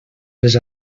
les